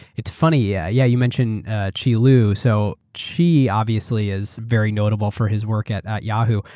it's funny, yeah yeah you mentioned qi lu. so qi, obviously, is very notable for his work at at yahoo.